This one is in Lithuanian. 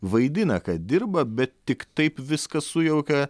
vaidina kad dirba bet tik taip viską sujaukia